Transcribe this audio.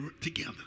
together